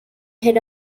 head